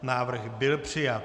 Návrh byl přijat.